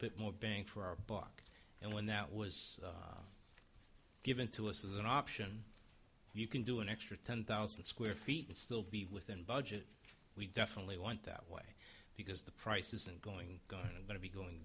bit more bang for our buck and one that was given to us as an option you can do an extra ten thousand square feet and still be within budget we definitely want that way because the price isn't going going to be going